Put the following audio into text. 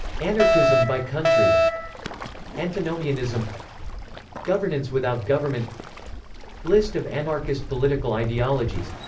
anarchism by country antinomianism governance without government list of anarchist political ideologies